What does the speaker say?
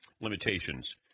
limitations